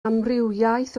amrywiaeth